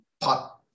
pot